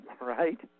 right